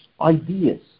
ideas